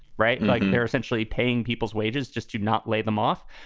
right. like and they're essentially paying people's wages just to not lay them off.